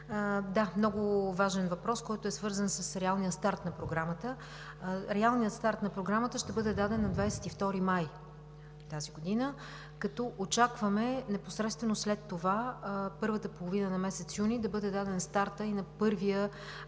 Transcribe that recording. да, много важен въпрос, който е свързан с реалния старт на Програмата. Реалният старт на Програмата ще бъде даден на 22 май 2019 г., като очакваме непосредствено след това – в първата половина на месец юни, да бъде даден стартът и на първия